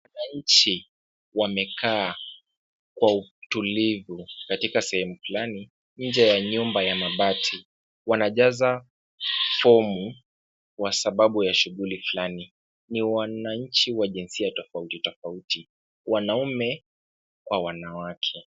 Wananchi wamekaa kwa utulivu katika sehemu fulani nje ya nyumba ya mabati. Wanajaza fomu kwa sababu ya shughuli fulani. Ni wananchi wa jinsia tofautitofauti wanaume kwa wanawake.